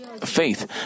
faith